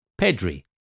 Pedri